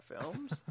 films